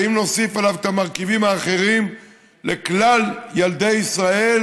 ואם נוסיף עליו את המרכיבים האחרים לכלל ילדי ישראל,